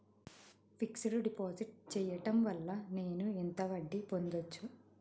Fix డ్ deposit చేయటం వల్ల నేను ఎంత వడ్డీ పొందచ్చు?